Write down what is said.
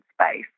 space